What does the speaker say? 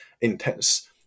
intense